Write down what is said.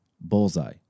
Bullseye